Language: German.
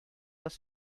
das